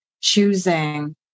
choosing